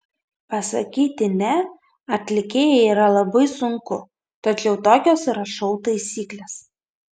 pasakyti ne atlikėjai yra labai sunku tačiau tokios yra šou taisyklės